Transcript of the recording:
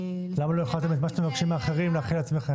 למה לא החלתם את מה שאתם מבקשים מאחרים על עצמכם?